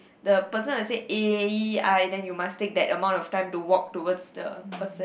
the person will say A E I then you must take that amount of time to walk towards the person